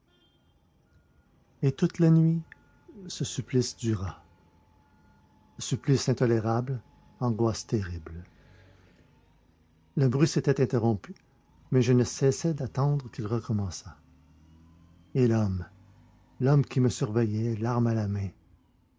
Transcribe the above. et toute la nuit ce supplice dura supplice intolérable angoisse terrible le bruit s'était interrompu mais je ne cessais d'attendre qu'il recommençât et l'homme l'homme qui me surveillait l'arme à la main